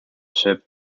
ship